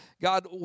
God